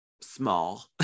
small